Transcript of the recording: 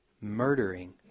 murdering